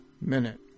Minute